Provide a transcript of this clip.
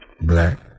Black